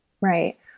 Right